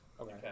Okay